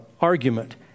argument